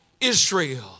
Israel